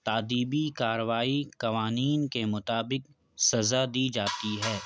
تادیبی کارروائی قوانین کے مطابق سزا دی جاتی ہے